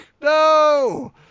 no